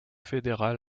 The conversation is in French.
fédéral